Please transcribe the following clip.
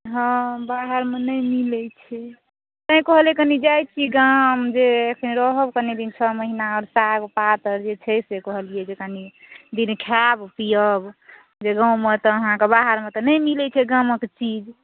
हँ बाहरमे नहि मिलए छै तैंँ कहलिऐ कनी जाइ छी गाम जे कनी रहब छओ महीना आ साग पात जे छै से कहलिऐ जे कनी दिन खाएब पीयब जे गाँवमे बाहरमे तऽ नहि मिलए छै गाँवके चीज